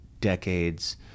decades